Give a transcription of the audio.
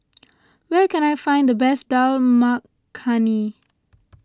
where can I find the best Dal Makhani